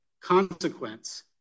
consequence